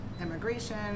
immigration